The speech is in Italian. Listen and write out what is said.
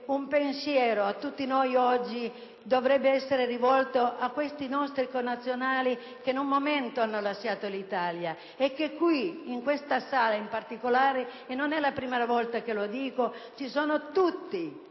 un pensiero di tutti noi oggi dovrebbe essere rivolto a questi nostri connazionali che in un certo momento hanno lasciato l'Italia e che qui, in questa Aula in particolare - e non è la prima volta che lo dico - sono tutti